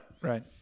right